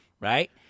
right